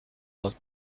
lot